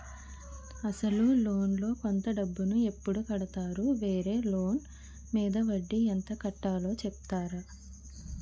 అసలు లోన్ లో కొంత డబ్బు ను ఎప్పుడు కడతాను? వేరే లోన్ మీద వడ్డీ ఎంత కట్తలో చెప్తారా?